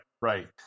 right